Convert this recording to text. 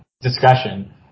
discussion